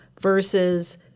versus